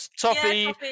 Toffee